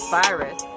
virus